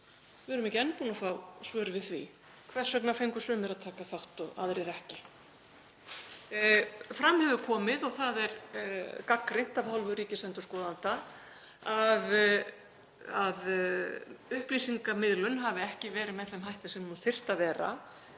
Við erum ekki enn búin að fá svör við því: Hvers vegna fengu sumir að taka þátt og aðrir ekki? Fram hefur komið, og það er gagnrýnt af hálfu ríkisendurskoðanda, að upplýsingamiðlun hafi ekki verið með þeim hætti sem hún þyrfti að vera,